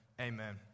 amen